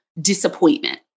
disappointment